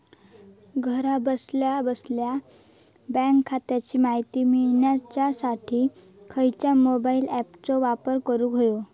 घरा बसल्या बसल्या बँक खात्याची माहिती मिळाच्यासाठी खायच्या मोबाईल ॲपाचो वापर करूक होयो?